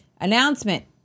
Announcement